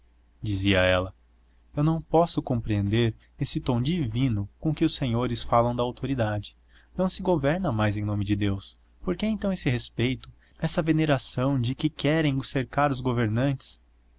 dizia ela eu não posso compreender esse tom divino com que os senhores falam da autoridade não se governa mais em nome de deus por que então esse respeito essa veneração de que querem cercar os governantes